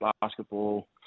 Basketball